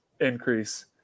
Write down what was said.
increase